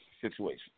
situation